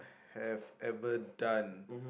have ever done